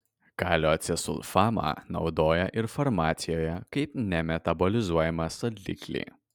kalio acesulfamą naudoja ir farmacijoje kaip nemetabolizuojamą saldiklį